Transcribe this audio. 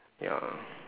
ya